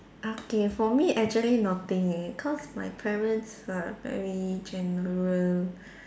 okay for me actually nothing leh cause my parents are very general